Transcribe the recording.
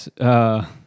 Yes